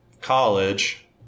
college